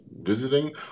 visiting